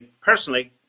personally